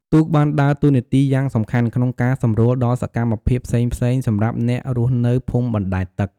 ទូកបានដើរតួនាទីយ៉ាងសំខាន់ក្នុងការសម្រួលដល់សកម្មភាពផ្សេងៗសម្រាប់អ្នករស់នៅភូមិបណ្ដែតទឹក។